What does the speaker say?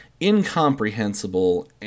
incomprehensible